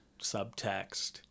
subtext